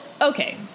okay